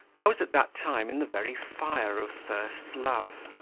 i was at that time in the very fire of first love.